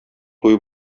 туй